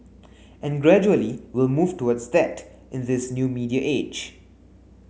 and gradually we'll move towards that in this new media age